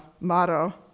motto